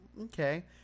okay